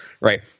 Right